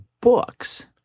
books